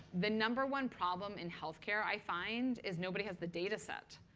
the number one problem in health care, i find, is nobody has the dataset.